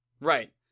Right